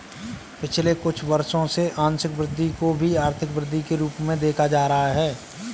पिछले कुछ वर्षों से आंशिक वृद्धि को भी आर्थिक वृद्धि के रूप में देखा जा रहा है